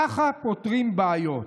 ככה פותרים בעיות.